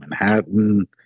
Manhattan